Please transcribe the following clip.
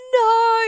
no